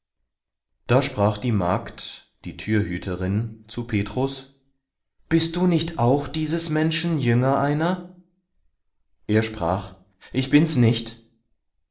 da sprach die magd die türhüterin zu petrus bist du nicht auch dieses menschen jünger einer er sprach ich bin's nicht